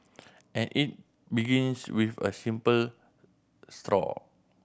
and it begins with a simple straw